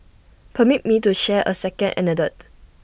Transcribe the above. permit me to share A second anecdote